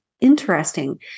interesting